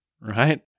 right